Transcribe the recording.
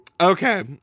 Okay